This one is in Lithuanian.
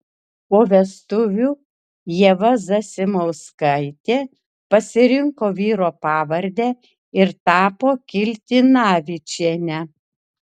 po vestuvių ieva zasimauskaitė pasirinko vyro pavardę ir tapo kiltinavičiene